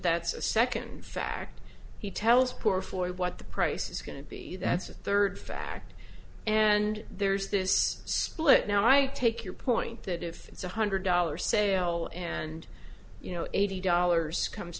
that's a second fact he tells poor for what the price is going to be that's a third fact and there's this split now i take your point that if it's one hundred dollars sale and you know eighty dollars comes